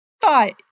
thought